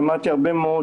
שמעתי הרבה מאוד,